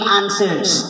answers